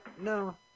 no